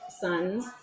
sons